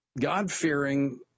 God-fearing